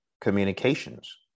communications